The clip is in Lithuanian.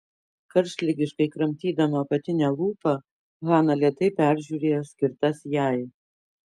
karštligiškai kramtydama apatinę lūpą hana lėtai peržiūrėjo skirtas jai